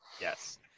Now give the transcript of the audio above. yes